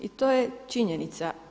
I to je činjenica.